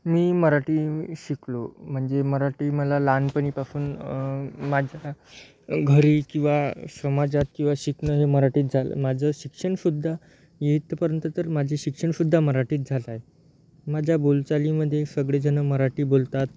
मी मराठी शिकलो म्हणजे मराठी मला लहानपणीपासून माझ्या घरी किंवा समाजात किंवा शिकणं हे मराठीत झालं माझं शिक्षणसुद्धा मी इथपर्यंत तर माझे शिक्षणसुद्धा मराठीत झालं आहे माझ्या बोलचालीमधे सगळे जणं मराठी बोलतात